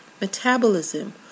Metabolism